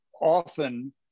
often